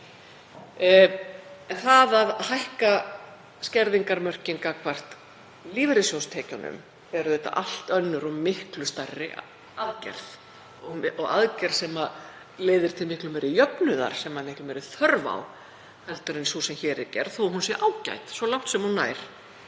Það að hækka skerðingarmörkin gagnvart lífeyrissjóðstekjum er auðvitað allt önnur og miklu stærri aðgerð og aðgerð sem leiðir til miklu meiri jöfnuðar og er miklu meiri þörf á en sú sem hér er gerð, þótt hún sé ágæt svo langt sem hún nær.